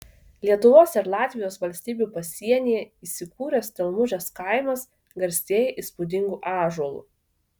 lietuvos ir latvijos valstybių pasienyje įsikūręs stelmužės kaimas garsėja įspūdingu ąžuolu